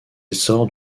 essor